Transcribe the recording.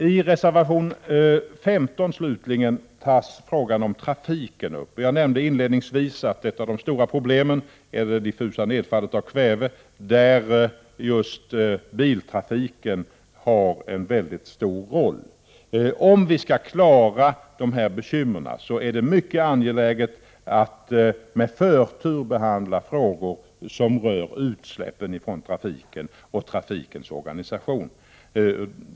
I reservation 15 tas frågan om utsläppen från trafiken upp. Jag nämnde inledningsvis att ett av de stora problemen är det diffusa nedfallet av kväve, där biltrafiken spelar en mycket stor roll. Om vi skall klara dessa bekymmer är det mycket angeläget att med förtur behandla frågor som rör utsläppen från trafiken och frågor om trafikens organisation.